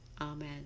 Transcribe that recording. Amen